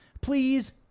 Please